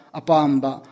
apamba